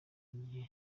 gihe